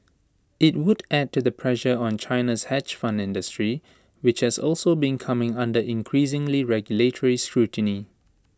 IT would add to the pressure on China's hedge fund industry which has also been coming under increasing regulatory scrutiny